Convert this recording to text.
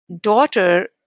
daughter